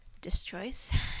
Dis-choice